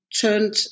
turned